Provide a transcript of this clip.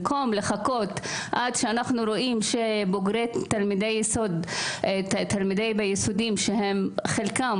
במקום לחכות עד שנראה שבוגרי בתי הספר היסודיים שחלקם